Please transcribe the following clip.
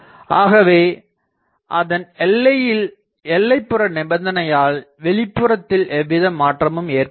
ஆகவே அதன் எல்லையில் எல்லைப்புற நிபந்தனையால் வெளிப்புறத்தில் எவ்வித மாற்றமும் ஏற்படவில்லை